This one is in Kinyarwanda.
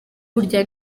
burya